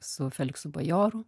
su feliksu bajoru